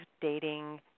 dating